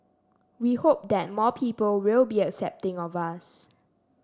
we hope that more people will be accepting of us